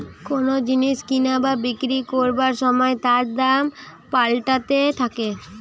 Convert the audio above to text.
কোন জিনিস কিনা বা বিক্রি করবার সময় তার দাম পাল্টাতে থাকে